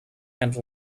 and